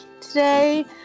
today